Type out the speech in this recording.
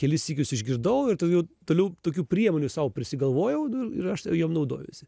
kelis sykius išgirdau ir daugiau toliau tokių priemonių sau prisigalvojau nu ir aš jom naudojuosi